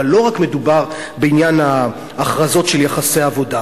אבל לא מדובר רק בעניין ההכרזות של יחסי עבודה.